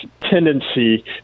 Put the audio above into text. tendency